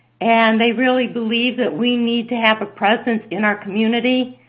and they really believe that we need to have a presence in our community.